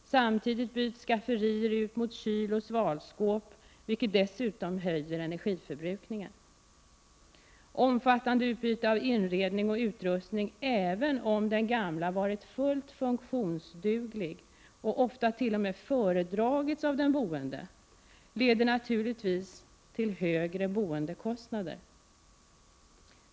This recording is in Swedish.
Samtidigt byts skafferier ut mot kyloch svalskåp, vilket dessutom höjer energiförbrukningen. Omfattande utbyte av inredning och utrustning, även om den gamla varit fullt funktionsduglig och ofta t.o.m. föredragits av den boende, leder naturligtvis till högre boendekostnader.